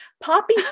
poppy